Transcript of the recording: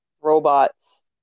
robots